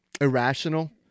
irrational